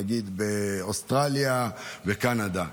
לדוגמה באוסטרליה ובקנדה,